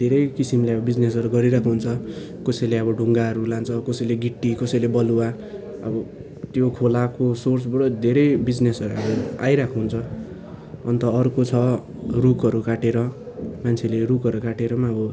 धेरै किसिमले अब बिजनेसहरू गरिरहेको हुन्छ कसैले अब ढुङ्गाहरू लान्छ कसैले गिटी कसैले बलुवा अब त्यो खोलाको सोर्सबाट धेरै बिजनेसहरू आइरहेको हुन्छ अन्त अर्को छ रुखहरू काटेर मान्छेले रुखहरू काटेर पनि अब